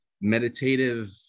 meditative